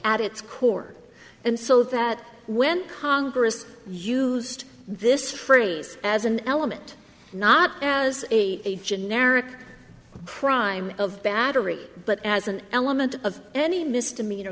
its core and so that when congress used this phrase as an element not as a generic crime of battery but as an element of any misdemeanor